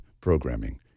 programming